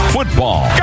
Football